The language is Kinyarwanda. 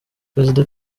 perezida